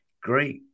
great